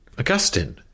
Augustine